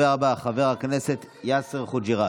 הדובר הבא, חבר הכנסת יאסר חוג'יראת.